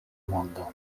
mondo